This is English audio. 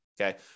okay